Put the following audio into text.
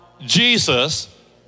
Jesus